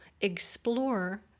explore